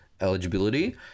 eligibility